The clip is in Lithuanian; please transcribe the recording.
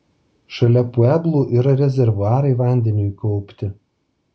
šalia pueblų yra rezervuarai vandeniui kaupti